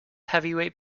heavyweight